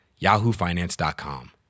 YahooFinance.com